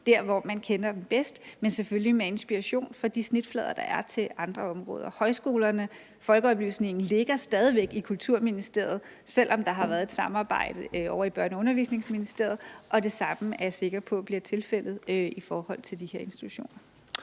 der, hvor man kender dem bedst, men selvfølgelig med inspiration fra de snitflader, der er til andre områder. Højskolerne og folkeoplysningen ligger stadig væk i Kulturministeriet, selv om der har været et samarbejde ovre i Børne- og Undervisningsministeriet. Og det samme er jeg sikker på bliver tilfældet i forhold til de her institutioner.